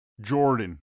Jordan